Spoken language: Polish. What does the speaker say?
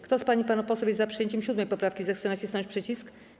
Kto z pań i panów posłów jest za przyjęciem 7. poprawki, zechce nacisnąć przycisk.